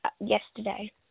yesterday